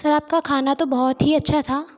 sir आपका खाना तो बहुत ही अच्छा था